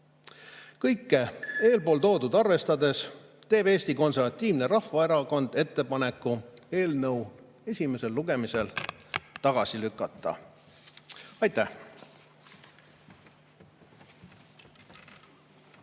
vaja. Kõike eespool toodut arvestades teeb Eesti Konservatiivne Rahvaerakond ettepaneku eelnõu esimesel lugemisel tagasi lükata. Aitäh!